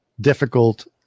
difficult